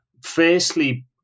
Firstly